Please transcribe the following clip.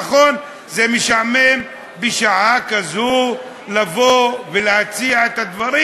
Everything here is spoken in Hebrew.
נכון, זה משעמם בשעה כזאת לבוא ולהציע את הדברים.